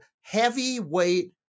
heavyweight